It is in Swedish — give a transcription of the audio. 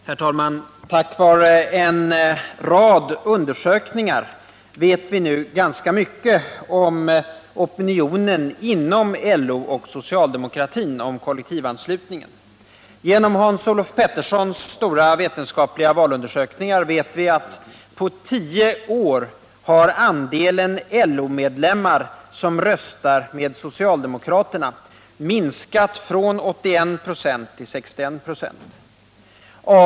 Herr talman! Tack vare en rad undersökningar vet vi nu ganska mycket om opinionen inom LO och socialdemokratin när det gäller kollektivanslutningen. Genom Olof Petterssons stora vetenskapliga valundersökningar vet vi att andelen LO-medlemmar som röstar med socialdemokraterna på 10 år har minskat från 81 96 till 61 96.